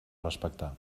respectar